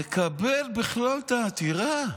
מקבל בכלל את העתירה.